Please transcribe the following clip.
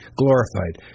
glorified